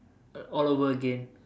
all over again